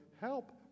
Help